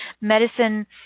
medicine